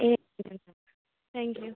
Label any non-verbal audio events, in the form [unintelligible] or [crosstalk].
A [unintelligible] thank you